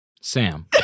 Sam